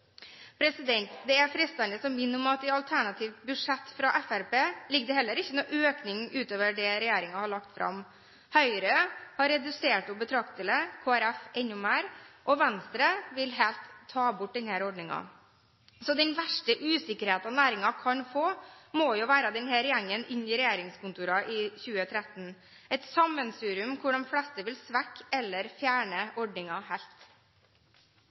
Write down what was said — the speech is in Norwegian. Det er fristende å minne om at i alternativt budsjett fra Fremskrittspartiet ligger det heller ingen økning utover det som regjeringen har lagt fram. Høyre har redusert den betraktelig, Kristelig Folkeparti enda mer, og Venstre vil ta bort denne ordningen helt. Så den verste usikkerheten for næringen må jo være å få denne gjengen inn i regjeringskontorene i 2013 – et sammensurium, hvor de fleste vil svekke eller fjerne ordningen helt.